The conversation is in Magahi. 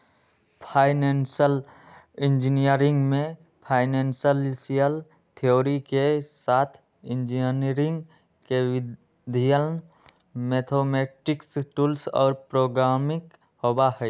फाइनेंशियल इंजीनियरिंग में फाइनेंशियल थ्योरी के साथ इंजीनियरिंग के विधियन, मैथेमैटिक्स टूल्स और प्रोग्रामिंग होबा हई